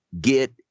get